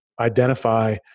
identify